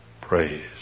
Praise